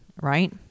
right